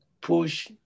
push